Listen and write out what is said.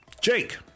Jake